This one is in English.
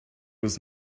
was